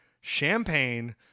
champagne